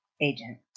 agent